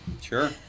Sure